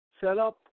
setup